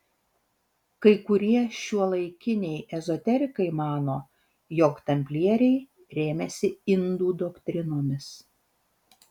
kai kurie šiuolaikiniai ezoterikai mano jog tamplieriai rėmėsi indų doktrinomis